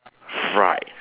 fried